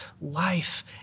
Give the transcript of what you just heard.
life